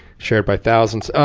shared by thousands.